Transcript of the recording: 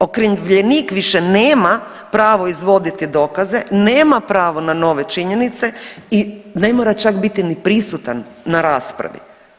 Okrivljenik više nema pravo izvoditi dokaze, nema pravo na nove činjenice i ne mora čak biti ni prisutan na raspravi.